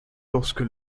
lorsque